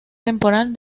temporal